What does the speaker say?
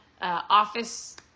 office